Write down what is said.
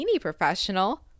professional